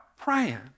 Praying